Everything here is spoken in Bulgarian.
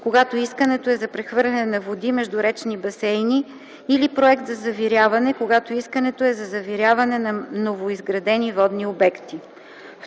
когато искането е за прехвърляне на води между речни басейни, или проект за завиряване - когато искането е за завиряване на новоизградени водни обекти;